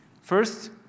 First